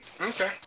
Okay